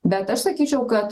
bet aš sakyčiau kad